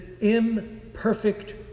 imperfect